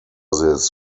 this